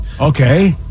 Okay